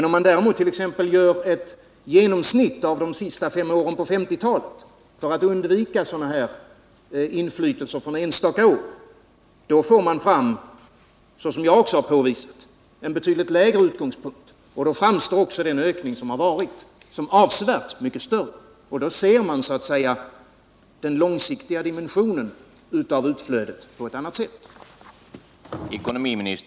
Om man däremot t.ex. tar ett genomsnitt av de sista fem åren på 1950-talet för att undvika inflytelser från enstaka år, då får man fram — såsom jag också har påvisat — en betydligt lägre utgångspunkt. Då framstår också den ökning som har varit som avsevärt mycket större, och man ser den långsiktiga dimensionen av utflödet på ett annat sätt.